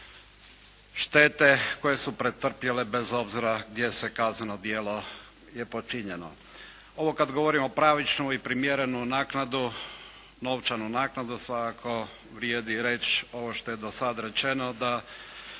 štete koje su pretrpjele, bez obzira gdje je kazneno djelo počinjeno. Ovo kad govorimo o pravičnoj i primjerenoj naknadi, novčanoj naknadu, svakako vrijedi reći ovo što je do sad rečeno, da